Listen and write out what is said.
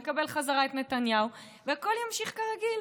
נקבל חזרה את נתניהו והכול ימשיך כרגיל.